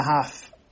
half